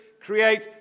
create